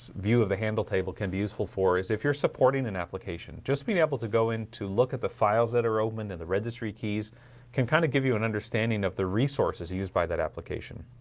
view of the handle table can be useful for is if you're supporting an application just being able to go in to look at the files that are open and the registry keys can kind of give you an understanding of the resources used by that application?